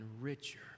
richer